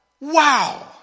Wow